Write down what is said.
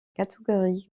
catégorie